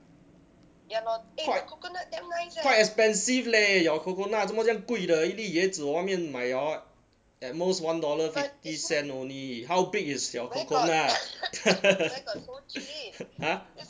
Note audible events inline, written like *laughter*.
quite quite expensive leh your coconut 怎么这么贵的一粒椰子外面买 hor at most one dollar fifty cent only how big is your coconut *laughs* !huh!